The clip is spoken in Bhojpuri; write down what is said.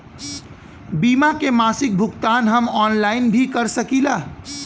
बीमा के मासिक भुगतान हम ऑनलाइन भी कर सकीला?